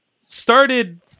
started